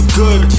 good